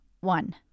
One